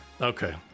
Okay